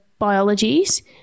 biologies